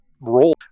role